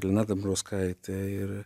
lina dambrauskaitė ir